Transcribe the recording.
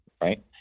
Right